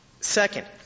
Second